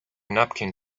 napkin